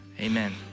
amen